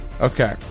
Okay